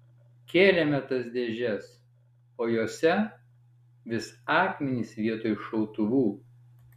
kėlėme tas dėžes o jose vis akmenys vietoj šautuvų